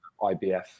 IBF